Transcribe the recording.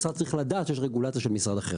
משרד צריך לדעת שיש רגולציה של משרד אחר.